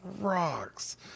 rocks